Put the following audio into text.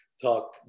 talk